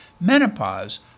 menopause